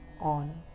on